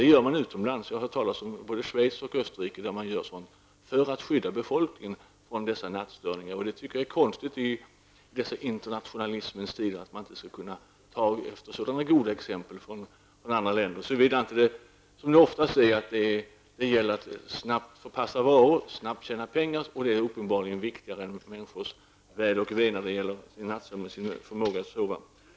Det gör man utomlands -- det förekommer i både Schweiz och Österrike -- för att skydda befolkningen från nattstörningar. I dessa internationalismens tider är det konstigt att man inte skall kunna ta efter sådana goda exempel från andra länder, såvida det inte är -- som ofta är fallet -- fråga om att snabbt transportera varor och snabbt tjäna pengar, för det är uppenbarligen viktigare än människors väl och ve när det gäller deras nattsömn.